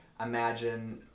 imagine